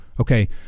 Okay